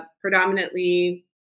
predominantly